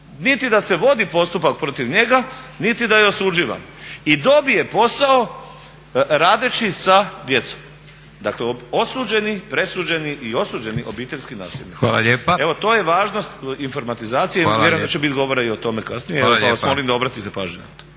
niti da se vodi postupak protiv njega, niti da je osuđivan. I dobije posao radeći sa djecom. Dakle osuđeni, presuđeni i osuđeni obiteljski nasilnik. …/Upadica: Hvala lijepa./… Evo to je važnost informatizacije i vjerujem da će biti govora i o tome kasnije pa vas molim da obratite pažnju na to.